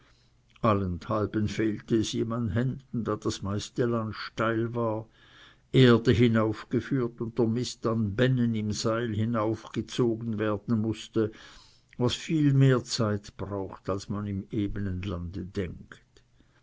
allenthalben fehlte es ihm an händen da das meiste land steil war erde hinaufgeführt und der mist in bännen am seil gezogen werden mußte was viel mehr zeit braucht als man im ebenen lande denkt